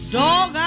dog